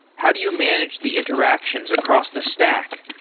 how do you manage the interactions across the stack?